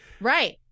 right